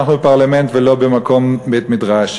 אנחנו בפרלמנט ולא בבית-מדרש,